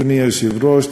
אדוני היושב-ראש,